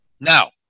Now